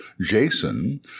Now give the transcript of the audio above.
Jason